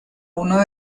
uno